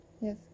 Yes